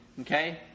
okay